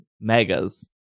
megas